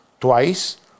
twice